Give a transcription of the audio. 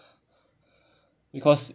because